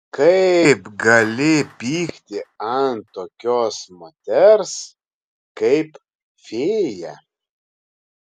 kaip gali pykti ant tokios moters kaip fėja